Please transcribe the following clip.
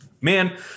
man